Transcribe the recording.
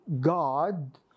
God